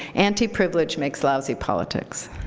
anti-privilege makes lousy politics.